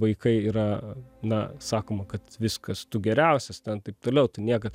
vaikai yra na sakoma kad viskas tu geriausias ten taip toliau tai niekad